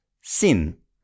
sin